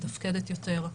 מתפקדת יותר,